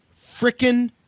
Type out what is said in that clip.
frickin